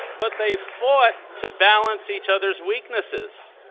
but they fought to balance each other's weaknesses.